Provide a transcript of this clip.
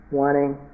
wanting